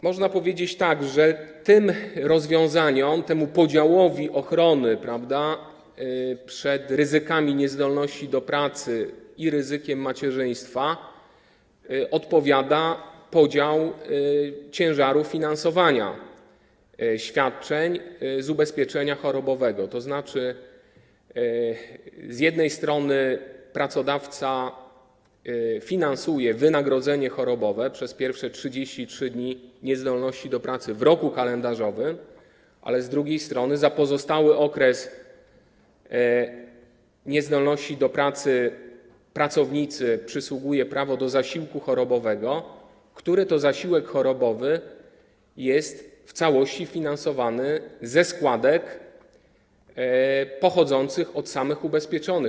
Można powiedzieć, że tym rozwiązaniom, temu podziałowi ochrony przed ryzykiem niezdolności do pracy i ryzykiem macierzyństwa odpowiada podział ciężaru finansowania świadczeń z ubezpieczenia chorobowego, tzn. z jednej strony pracodawca finansuje wynagrodzenie chorobowe przez pierwsze 33 dni niezdolności do pracy w roku kalendarzowym, ale z drugiej strony za pozostały okres niezdolności do pracy pracownicy przysługuje prawo do zasiłku chorobowego, który to zasiłek chorobowy jest w całości finansowy ze składek pochodzących od samych ubezpieczonych.